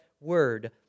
Word